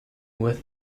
with